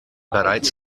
bereits